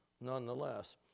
nonetheless